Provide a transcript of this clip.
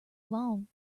long